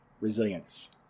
resilience